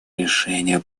решения